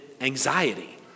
anxiety